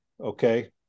Okay